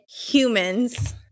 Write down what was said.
humans